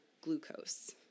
glucose